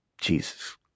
Jesus